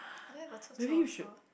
I don't have a 臭臭 also